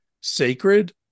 sacred